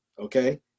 okay